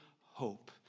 hope